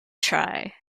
try